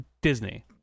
Disney